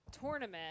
tournament